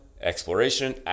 exploration